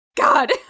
God